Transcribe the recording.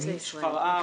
שפרעם.